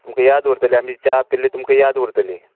तुमकां याद उरतली आमी च्या पिल्यार तुमका याद उरतली